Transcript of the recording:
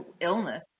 illness